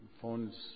phones